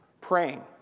Praying